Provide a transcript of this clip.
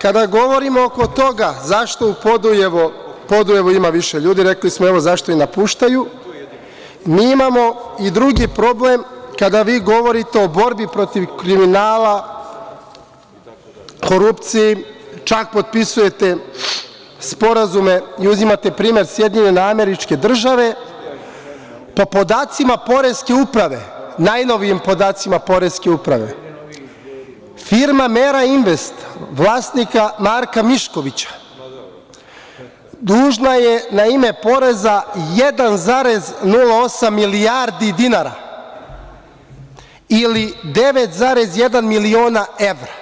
Kad govorimo oko toga zašto u Podujevu ima više ljudi, rekli smo, evo, zašto i napuštaju, mi imamo i drugi problem kada vi govorite o borbi protiv kriminala, korupcije, čak potpisujete sporazume i uzimate primer SAD-a, po podacima poreske uprave, najnovijim podacima poreske uprave, firma „Mera invest“ vlasnika Marka Miškovića dužna je na ime poreza 1,08 milijardi dinara ili 9,1 miliona evra,